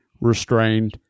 Restrained